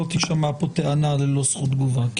לא תישמע פה טענה ללא זכות תגובה.